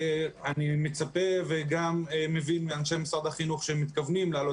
אני מצפה וגם מבין מאנשי משרד החינוך שהם מתכוונים להעלות